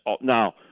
Now